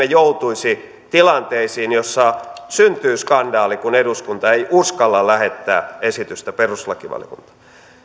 joutuisi tilanteisiin joissa syntyy skandaali kun eduskunta ei uskalla lähettää esitystä perustuslakivaliokuntaan